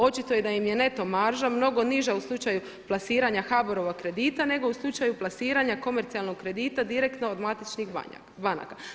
Očito je da im je neto marža mnogo niža u slučaju plasiranja HBOR-ova kredita nego u slučaju plasiranja komercijalnog kredita direktno od matičnih banaka.